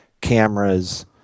cameras